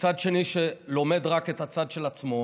וצד שני שלומד רק את הצד של עצמו,